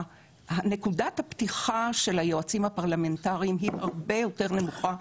נקודת הפתיחה של היועצים הפרלמנטריים היא הרבה יותר נמוכה,